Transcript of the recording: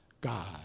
God